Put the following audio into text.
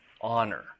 honor